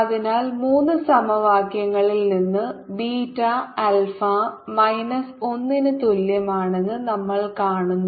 അതിനാൽ മൂന്ന് സമവാക്യങ്ങളിൽ നിന്ന് ബീറ്റ ആൽഫ മൈനസ് ഒന്നിന് തുല്യമാണെന്ന് നമ്മൾ കാണുന്നു